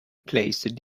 placed